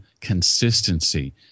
consistency